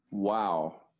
Wow